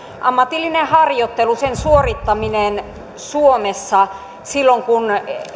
ammatillisen harjoittelun suorittaminen suomessa silloin kun